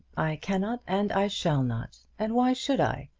i cannot and i shall not. and why should i?